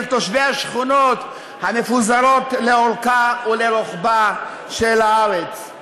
תושבי השכונות המפוזרות לאורכה ולרוחבה של הארץ,